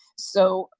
so,